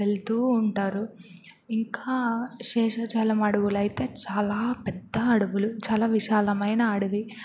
వెళ్తూ ఉంటారు ఇంకా శేషాచలం అడవులయితే చాలా పెద్ద అడవులు చాలా విశాలమైన అడవి